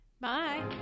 Bye